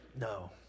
No